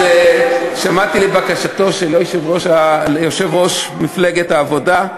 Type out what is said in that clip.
אני נשמע לבקשתו של יושב-ראש מפלגת העבודה,